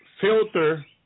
filter